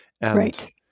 Right